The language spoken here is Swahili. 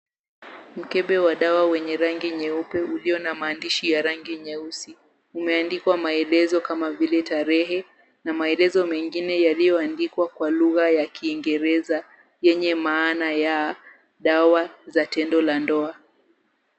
Mkebe wa dawa wenye rangi nyeupe ulio na maandishi ya rangi nyeusi. Umeandikwa maelezo kama vile tarehe na maelezo mengine yaliyoandikwa kwa lugha ya Kiingereza yenye maana ya dawa za tendo la ndoa.